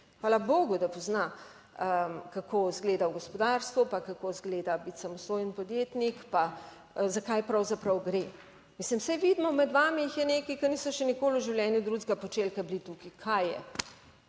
Hvala bogu, da pozna kako izgleda v gospodarstvu. pa kako izgleda biti samostojen podjetnik, pa za kaj pravzaprav gre. Mislim, saj vidimo, med vami jih je nekaj, ki niso še nikoli v življenju drugega počeli, kot bili tukaj. Kaj